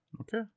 Okay